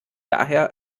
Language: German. daher